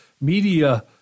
media